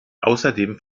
außerdem